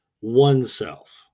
oneself